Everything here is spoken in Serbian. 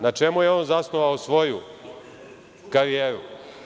Na čemu je on zasnovao svoju karijeru?